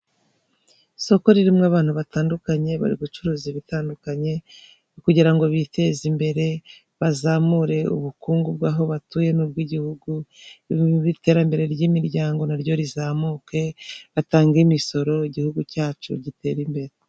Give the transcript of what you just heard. Isoko ririmo abantu batandukanye bari gucuruza ibitandukanye kugira ngo biteze imbere bazamure ubukungu bw'aho batuye nubw'igihugu ,iterambere ry'imiryango naryo rizamuke batange imisoro igihugu cyacu gitere imbere .